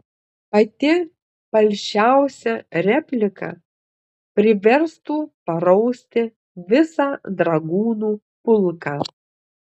pati palšiausia replika priverstų parausti visą dragūnų pulką